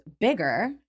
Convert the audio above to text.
bigger